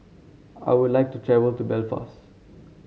I would like to travel to Belfast